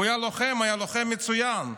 היה לוחם, לוחם מצוין.